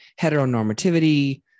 Heteronormativity